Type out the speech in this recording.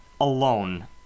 alone